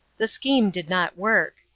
the scheme did not work.